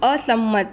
અસંમત